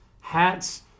hats